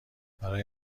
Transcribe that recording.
برای